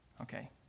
Okay